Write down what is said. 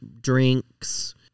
drinks